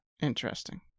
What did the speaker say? Interesting